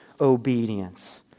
obedience